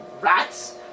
rats